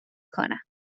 کنم